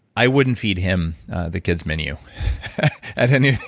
i wouldn't feed him the kids' menu at any of